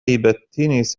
التنس